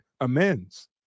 amends